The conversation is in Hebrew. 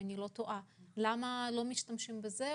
למה לא משתמשים בזה?